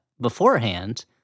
beforehand